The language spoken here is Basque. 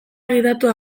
gidatua